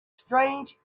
strange